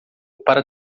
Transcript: para